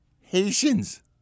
Haitians